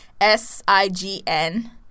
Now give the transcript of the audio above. S-I-G-N